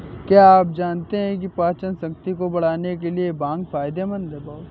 क्या आप जानते है पाचनशक्ति को बढ़ाने के लिए भांग फायदेमंद है?